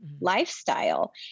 lifestyle